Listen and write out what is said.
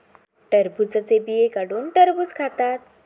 टरबुजाचे बिये काढुन टरबुज खातत